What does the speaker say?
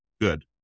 good